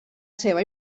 seva